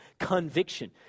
conviction